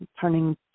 turning